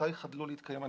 מתי חדלו להתקיים הנסיבות.